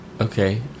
Okay